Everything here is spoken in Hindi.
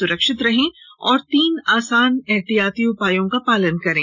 सुरक्षित रहें और तीन आसान उपायों का पालन करें